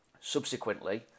Subsequently